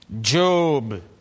Job